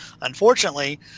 unfortunately